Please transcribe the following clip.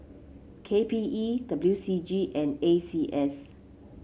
K P E W C G and A C S